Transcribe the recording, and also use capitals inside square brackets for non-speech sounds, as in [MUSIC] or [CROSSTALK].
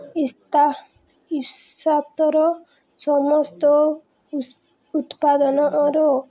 [UNINTELLIGIBLE] ସମସ୍ତ ଉତ୍ପାଦନର